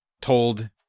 told